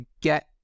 get